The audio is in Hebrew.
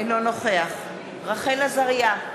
אינו נוכח רחל עזריה,